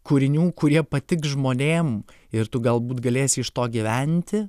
kūrinių kurie patiks žmonėm ir tu galbūt galėsi iš to gyventi